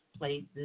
places